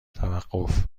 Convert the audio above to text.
توقف